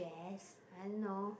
yes and no